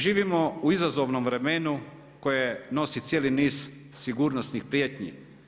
Živimo u izazovnom vremenu koje nosi cijeli niz sigurnosnih prijetnji.